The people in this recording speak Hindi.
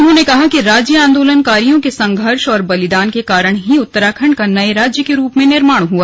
उन्होंने कहा कि राज्य आन्दोलकारियों के संघर्ष और बलिदान के कारण ही उत्तराखण्ड का नये राज्य के रूप में निर्माण हुआ